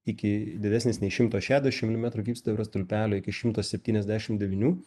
iki didesnis nei šimto šešiasdešim milimetrų gyvsidabrio stulpelio iki šimto septyniasdešim devynių